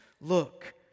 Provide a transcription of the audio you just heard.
look